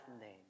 name